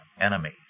enemies